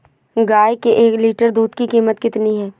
गाय के एक लीटर दूध की कीमत कितनी है?